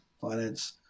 finance